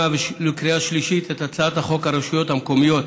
ולקריאה השלישית את הצעת חוק הרשויות המקומיות